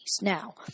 Now